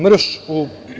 Mrš u…